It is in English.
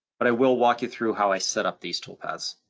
but i will walk you through how i set up these toolpaths.